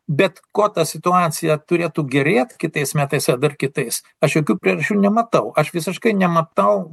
bet kuo ta situacija turėtų gerėt kitais metais ar dar kitais aš jokių priežasčių nematau aš visiškai nematau